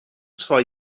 zwar